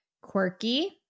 quirky